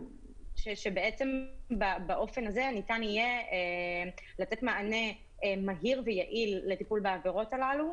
שבעצם באופן הזה ניתן יהיה לתת מענה מהיר ויעיל לטיפול בעבירות הללו